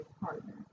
partner